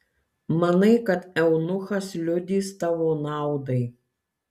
manai kad eunuchas liudys tavo naudai